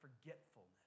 forgetfulness